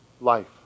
life